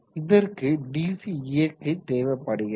இதற்கு டிசி இயக்கி தேவைப்படுகிறது